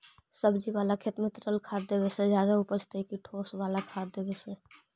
सब्जी बाला खेत में तरल खाद देवे से ज्यादा उपजतै कि ठोस वाला खाद देवे से?